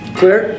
Clear